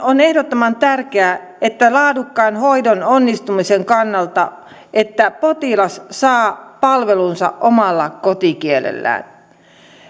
on ehdottoman tärkeää laadukkaan hoidon onnistumisen kannalta että potilas saa palvelunsa omalla kotikielellään